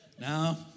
Now